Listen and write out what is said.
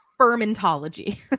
fermentology